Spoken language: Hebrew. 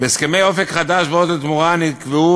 בהסכמי "אופק חדש" ו"עוז לתמורה" נקבעו